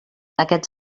aquests